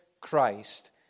christ